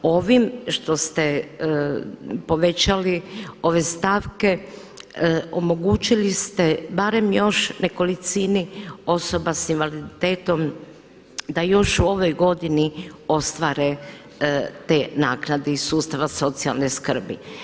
Ovim što ste povećali ove stavke omogućili ste barem još nekolicini osoba sa invaliditetom da još u ovoj godini ostvare te naknade iz sustava socijalne skrbi.